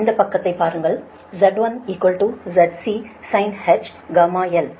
இந்தப் பக்கத்தைப் பாருங்கள் Z1 ZCsinh γl